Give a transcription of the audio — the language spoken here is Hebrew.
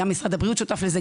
גם משרד הבריאות שותף לזה,